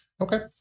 okay